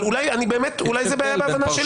אבל אולי זו בעיה בהבנה שלי.